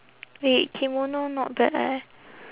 wait kimono not bad eh